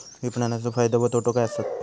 विपणाचो फायदो व तोटो काय आसत?